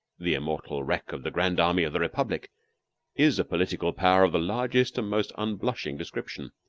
the immortal wreck of the grand army of the republic is a political power of the largest and most unblushing description.